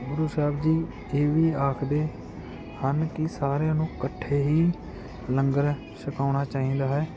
ਗੁਰੂ ਸਾਹਿਬ ਜੀ ਇਹ ਵੀ ਆਖਦੇ ਹਨ ਕਿ ਸਾਰਿਆਂ ਨੂੰ ਇਕੱਠੇ ਹੀ ਲੰਗਰ ਛਕਾਉਣਾ ਚਾਹੀਦਾ ਹੈ